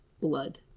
blood